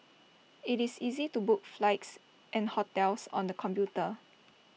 IT is easy to book flights and hotels on the computer